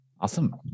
Awesome